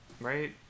Right